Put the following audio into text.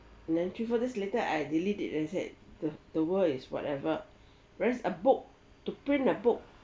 and then for this later I delete it and said the the world is whatever whereas a book to print a book